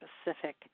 specific